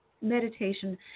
meditation